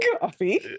Coffee